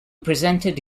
presented